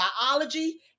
biology